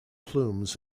plumes